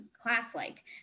class-like